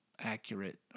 accurate